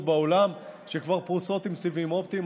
בעולם שכבר פרוסות עם סיבים אופטיים,